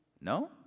No